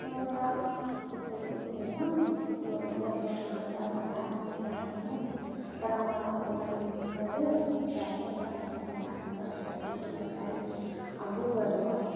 नभए त त्यस्तो केही पनि होइन त्यो एयरपोर्टमा जाँदाखेरि आरामले जाँदा पनि हुन्थ्यो तर मलाई अब एमर्जेन्सी पर्यो होइन फ्लाइटमै जानुपर्ने भएको छ भनेर चाहिँ तिम्रो गाडी बुक गरेको